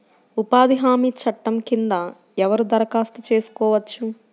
ఉపాధి హామీ చట్టం కింద ఎవరు దరఖాస్తు చేసుకోవచ్చు?